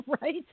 right